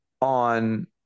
on